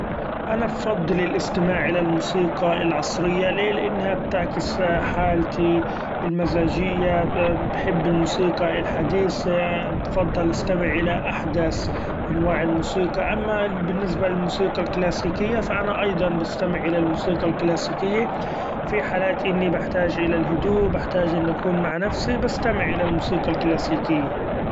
أنا بفضل الاستماع الي الموسيقى العصرية ليه؟ لإنها بتعكس حالتي المزاچية، ‹ hesitate › بحب الموسيقى الحديثة بفضل استمع الى احدث إنواع الموسيقى ، اما بالنسبة للموسيقى الكلاسيكية فأنا أيضا باستمع الي الموسيقى الكلاسيكة في حالات إني بحتاچ الى الهدوء بحتاچ إني اكون مع نفسي بستمع الي الموسيقى الكلاسيكة.